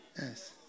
Yes